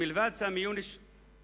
מלבד סמי יונס,